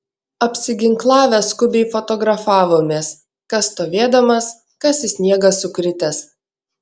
apsiginklavę skubiai fotografavomės kas stovėdamas kas į sniegą sukritęs